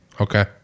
Okay